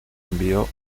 envió